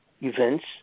events